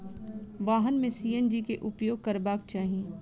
वाहन में सी.एन.जी के उपयोग करबाक चाही